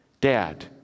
Dad